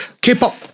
K-pop